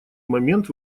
момент